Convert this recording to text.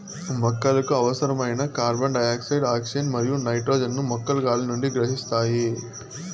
మొక్కలకు అవసరమైన carbon dioxide, oxygen మరియు నైట్రోజన్ ను మొక్కలు గాలి నుండి గ్రహిస్తాయి